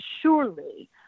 surely